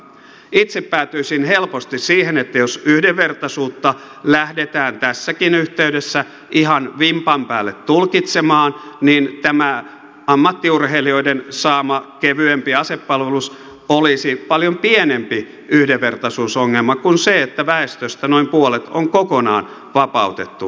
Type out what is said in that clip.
itse päätyisin helposti siihen että jos yhdenvertaisuutta lähdetään tässäkin yhteydessä ihan vimpan päälle tulkitsemaan niin tämä ammattiurheilijoiden saama kevyempi asepalvelus olisi paljon pienempi yhdenvertaisuusongelma kuin se että väestöstä noin puolet on kokonaan vapautettu varusmiespalveluksesta